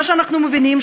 מה שאנחנו מבינים,